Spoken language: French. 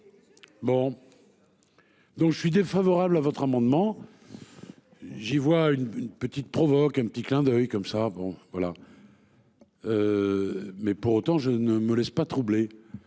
Bon. Donc je suis défavorable à votre amendement. J'y vois une petite provoque un petit clin d'oeil comme ça bon voilà. Mais pour autant je ne me laisse pas troubler.